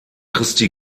christi